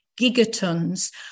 gigatons